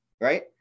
right